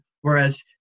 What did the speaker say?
whereas